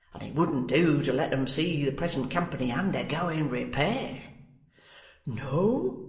and it wouldn't do to let em see the present company undergoing repair no!